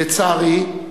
לצערי,